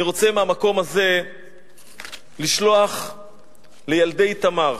אני רוצה מהמקום הזה לשלוח לילדי איתמר,